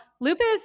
lupus